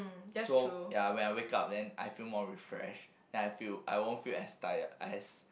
so ya when I wake up then I feel more refreshed then I feel I won't feel as tired as